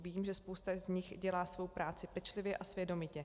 Vím, že spousta z nich dělá svou práci pečlivě a svědomitě.